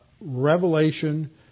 revelation